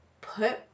put